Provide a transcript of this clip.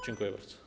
Dziękuję bardzo.